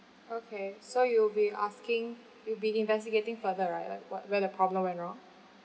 okay so you'll be asking you'll be investigating further right like what where the problem went wrong